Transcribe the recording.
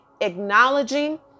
acknowledging